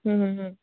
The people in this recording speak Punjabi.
ਹਮ ਹਮ